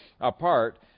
apart